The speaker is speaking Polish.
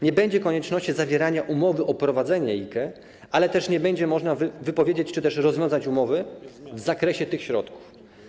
Nie będzie konieczności zawierania umowy o prowadzenie IKE, ale też nie będzie można wypowiedzieć czy też rozwiązać umowy w zakresie tych środków.